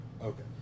Okay